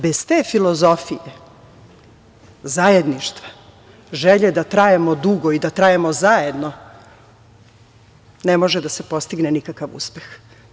Bez te filozofije, zajedništva, želje da trajemo dugo i zajedno, ne može da se postigne nikakav uspeh.